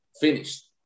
finished